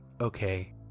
Okay